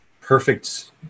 perfect